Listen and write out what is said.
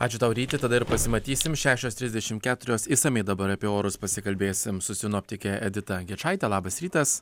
ačiū tau ryti tada ir pasimatysim šešios trisdešim keturios išsamiai dabar apie orus pasikalbėsim su sinoptike edita gečaite labas rytas